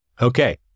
Okay